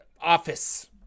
office